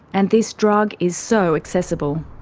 and this drug is so accessible.